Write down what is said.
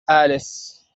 أليس